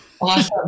Awesome